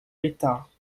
l’état